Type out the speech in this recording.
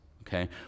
okay